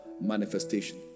manifestation